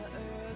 earth